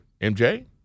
MJ